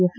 F